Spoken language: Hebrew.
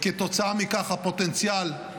וכתוצאה מכך הפוטנציאל,